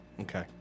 Okay